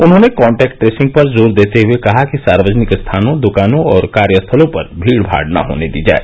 उन्होंने contact tracing पर जोर देते हए कहा कि सार्वजनिक स्थानों द्कानों और कार्यस्थलों पर भीडमाड़ न होने दी जाय